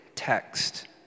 text